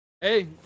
Hey